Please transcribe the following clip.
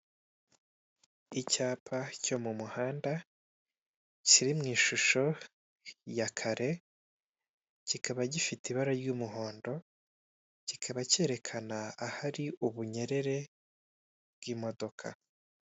Icyapa cyo mu muhanda kiri mu ishusho ya kare, kikaba gifite ibara ry'umuhondo, kikaba cyerekana ahari ubunyerere bw'imodoka.